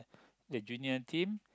the junior team